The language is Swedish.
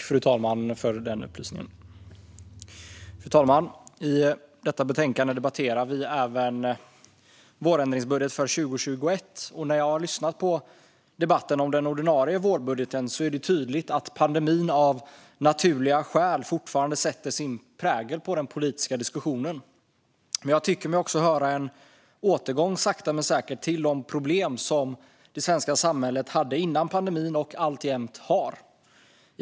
Fru talman! I denna debatt debatterar vi även vårändringsbudgeten för 2021. När jag lyssnar på debatten om den ordinarie vårbudgeten hör jag tydligt att pandemin av naturliga skäl fortfarande sätter sin prägel på den politiska diskussionen. Men jag tycker mig också höra en återgång, sakta men säkert, till de problem som det svenska samhället hade före pandemin och alltjämt har.